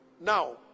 Now